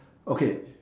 okay